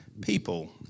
people